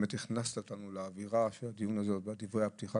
באמת הכנסת אותנו לאווירה של הדיון הזה בדברי הפתיחה